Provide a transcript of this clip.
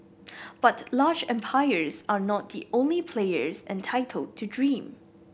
but large empires are not the only players entitled to dream